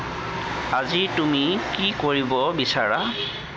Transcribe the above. আজি তুুমি কি কৰিব বিচাৰা